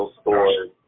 stores